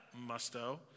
Musto